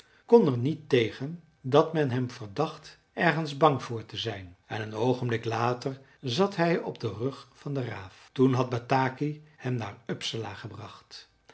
kon er niet tegen dat men hem verdacht ergens bang voor te zijn en een oogenblik later zat hij op den rug van de raaf toen had bataki hem naar uppsala gebracht